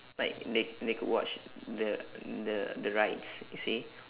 like they they could watch the the the rides you see